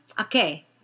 okay